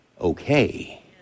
okay